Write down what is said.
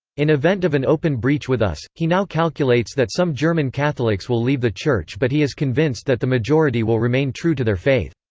in event of an open breach with us, he now calculates that some german catholics will leave the church but he is convinced that the majority will remain true to their faith.